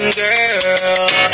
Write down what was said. girl